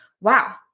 wow